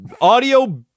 audio